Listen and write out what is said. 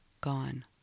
Gone